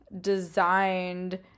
designed